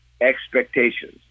expectations